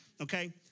Okay